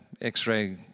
x-ray